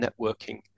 networking